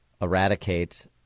eradicate